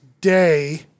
day